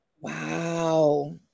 Wow